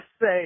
say